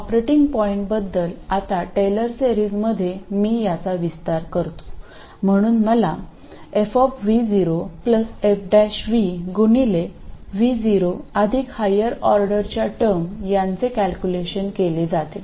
operating पॉईंटबद्दल आता Taylor सेरीजमध्ये मी याचा विस्तार करतो म्हणून मला f f v गुणिले V0 अधिक हायर ऑर्डरच्या टर्म यांचे कॅल्क्युलेशन केले जाते